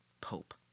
pope